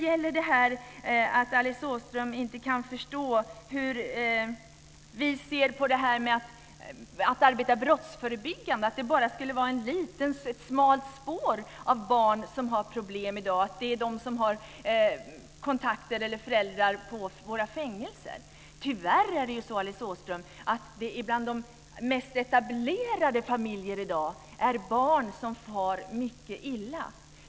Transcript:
Alice Åström kan inte förstå hur vi ser på att arbeta brottsförebyggande, att det skulle vara bara ett litet smalt spår av barn som har problem i dag, dvs. de som har kontakter eller föräldrar på våra fängelser. Tyvärr, Alice Åström, finns det bland de mest etablerade familjerna i dag barn som far mycket illa.